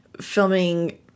filming